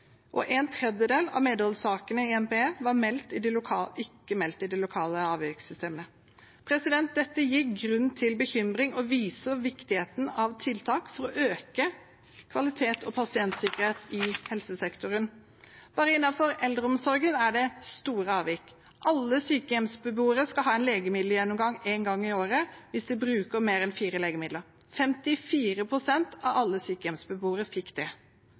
og en tredjedel av medholdssakene i NPE var ikke meldt i de lokale avvikssystemene. Dette gir grunn til bekymring og viser viktigheten av tiltak for å øke kvalitet og pasientsikkerhet i helsesektoren. Bare innenfor eldreomsorgen er det store avvik. Alle sykehjemsbeboere skal ha en legemiddelgjennomgang én gang i året hvis de bruker mer enn fire legemidler. 54 pst. av alle sykehjemsbeboere fikk det.